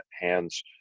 hands